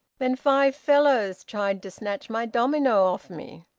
then five fellows tried to snatch my domino off me.